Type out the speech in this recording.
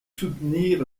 soutenir